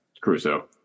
Crusoe